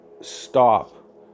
stop